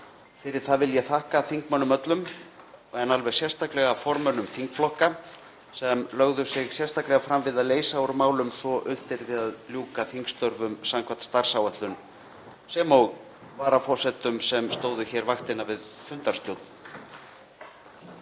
Fyrir það vil ég þakka þingmönnum öllum en alveg sérstaklega formönnum þingflokka sem lögðu sig sérstaklega fram við að leysa úr málum svo unnt yrði að ljúka þingstörfum samkvæmt starfsáætlun, sem og varaforsetum sem stóðu vaktina við fundarstjórn.